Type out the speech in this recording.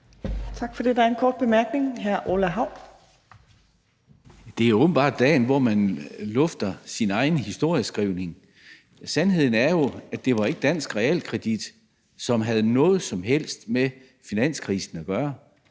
Tak for det. Der er en kort bemærkning. Hr. Orla Hav. Kl. 14:43 Orla Hav (S): Det er åbenbart dagen, hvor man lufter sin egen historieskrivning. Sandheden er jo, at det ikke var dansk realkredit, som havde noget som helst med finanskrisen at gøre.